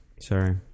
Sorry